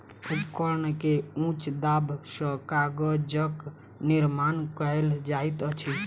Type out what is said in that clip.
उपकरण के उच्च दाब सॅ कागजक निर्माण कयल जाइत अछि